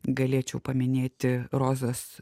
galėčiau paminėti rozos